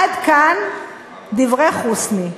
עד כאן דברי חוסני.